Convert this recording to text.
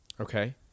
Okay